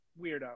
weirdo